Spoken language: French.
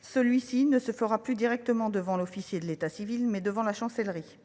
Celle-ci ne se ferait plus directement devant l'officier d'état civil, mais devant la Chancellerie.